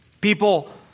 people